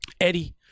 Eddie